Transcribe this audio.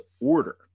order